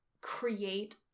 create